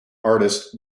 artist